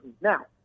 Now